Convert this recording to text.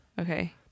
okay